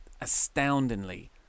astoundingly